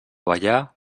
ballar